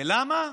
ולמה?